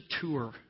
tour